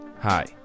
Hi